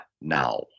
now